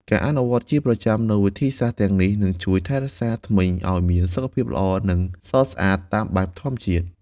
ការអនុវត្តន៍ជាប្រចាំនូវវិធីសាស្ត្រទាំងនេះនឹងជួយថែរក្សាធ្មេញឲ្យមានសុខភាពល្អ និងសស្អាតតាមបែបធម្មជាតិ។